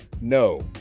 No